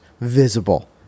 visible